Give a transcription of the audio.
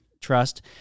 Trust